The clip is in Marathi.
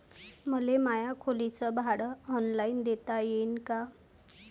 मले माया खोलीच भाड ऑनलाईन देता येईन का?